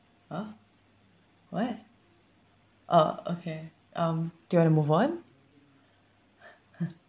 !huh! what oh okay um do you want to move on